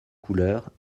couleurs